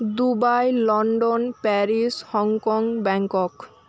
Dubai London Paris Hong Kong Bangkok